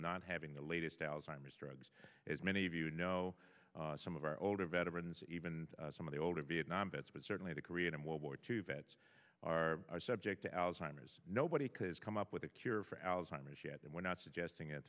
not having the latest alzheimer's drugs as many of you know some of our older veterans even some of the older vietnam vets but certainly the korean and world war two vets are subject to alzheimer's nobody could come up with a cure for alzheimer's yet and we're not suggesting that